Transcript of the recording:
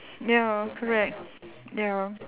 ya correct ya